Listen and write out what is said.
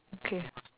okay